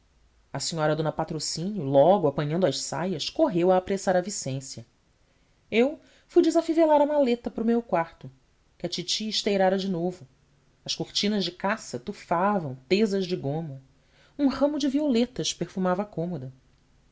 a senhora dona patrocínio logo apanhando as saias correu a apressar a vicência eu fui desafivelar a maleta para o meu quarto que a titi esteirara de novo as cortinas de cassa tufavam tesas de goma um ramo de violetas perfumava a cômoda